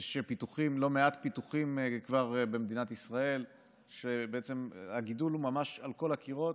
יש כבר במדינת ישראל לא מעט פיתוחים שבהם הגידול הוא ממש על כל הקירות.